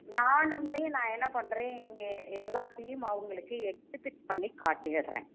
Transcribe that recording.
நானுமே நான் என்ன பண்ணுறேன் இங்கே எல்லாத்தையும் நான் உங்களுக்கு எக்சிக்யூட் பண்ணி காட்டிடுறேன்